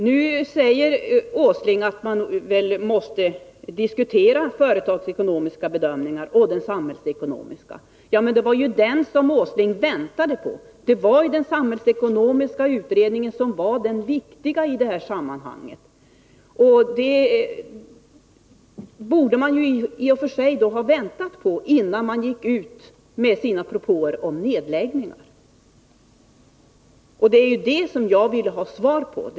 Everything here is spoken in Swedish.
Nu säger Nils Åsling att man måste diskutera företagsekonomiska och samhällsekonomiska bedömningar. Ja, det var ju vad herr Åsling väntade på! Det var ju den samhällsekonomiska utredningen som var den viktiga i det här sammanhanget. Den borde man i och för sig ha väntat på innan man gick ut med sina propåer om nedläggningar. Det var ju det som jag ville ha svar på.